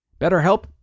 BetterHelp